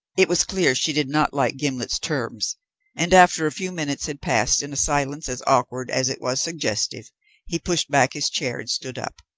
it was clear she did not like gimblet's terms and after a few minutes had passed in a silence as awkward as it was suggestive he pushed back his chair and stood up.